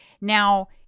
Now